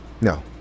No